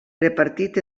repartit